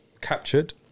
captured